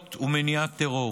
היושב-ראש.